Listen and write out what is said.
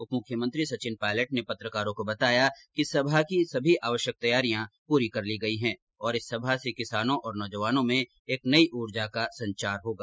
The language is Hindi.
उप मुख्यमंत्री सचिन पायलट ने पत्रकारों को बताया कि सभा की सभी आवश्यक तैयारियां पूरी कर ली गई है और इस सभा से किसानों और नौजवानों में एक नई ऊर्जा का संचार होगा